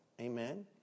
Amen